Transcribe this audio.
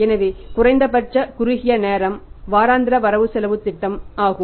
எனவே குறைந்தபட்ச குறுகிய நேரம் வாராந்திர பண வரவு செலவுத் திட்டமாகும்